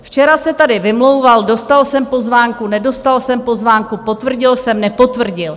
Včera se tady vymlouval: dostal jsem pozvánku, nedostal jsem pozvánku, potvrdil jsem, nepotvrdil.